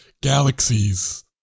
galaxies